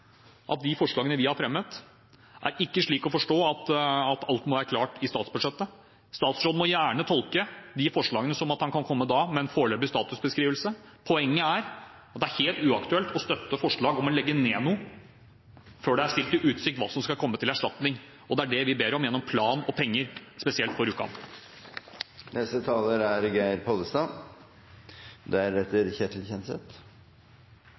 at de forslagene vi har fremmet, ikke er slik å forstå at alt må være klart i statsbudsjettet. Statsråden må gjerne tolke forslagene dit hen at han da kan komme med en foreløpig statusbeskrivelse. Poenget er at det er helt uaktuelt å støtte forslag om å legge ned noe før det er stilt til utsikt hva som skal komme til erstatning. Det er det vi ber om gjennom plan og penger, spesielt på Rjukan. Gode lokalsykehus er en viktig del av politikken for